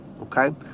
okay